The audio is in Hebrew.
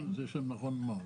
כן, זה שם נכון מאוד.